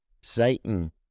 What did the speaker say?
Satan